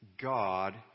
God